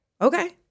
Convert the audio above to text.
Okay